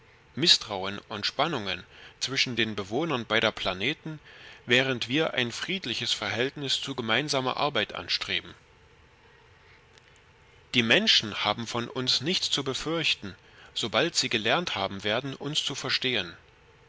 mißtrauen und spannungen zwischen den bewohnern beider planeten während wir ein friedliches verhältnis zu gemeinsamer arbeit anstreben die menschen haben von uns nichts zu befürchten sobald sie gelernt haben werden uns zu verstehen